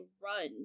Run